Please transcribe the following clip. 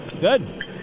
Good